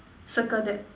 circle that